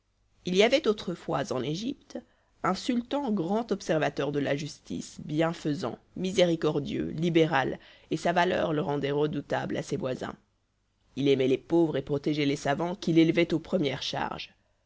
il y avait autrefois en égypte un sultan grand observateur de la justice bienfaisant miséricordieux libéral et sa valeur le rendait redoutable à ses voisins il aimait les pauvres et protégeait les savants qu'il élevait aux premières charges